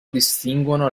distinguono